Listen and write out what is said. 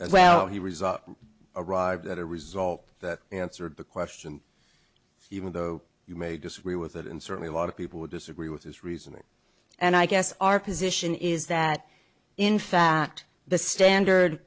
as well he resolved arrived at a result that you know the question even though you may disagree with it and certainly a lot of people would disagree with his reasoning and i guess our position is that in fact the standard